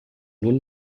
nun